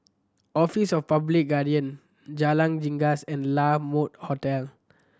Office of Public Guardian Jalan Janggus and La Mode Hotel